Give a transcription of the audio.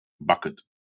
bucket